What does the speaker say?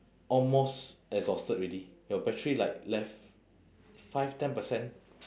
almost exhausted already your battery like left five ten percent